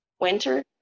winter